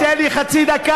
אדוני, תן לי חצי דקה.